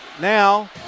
Now